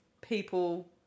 people